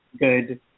good